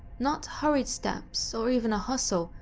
not hurried steps or even a hustle,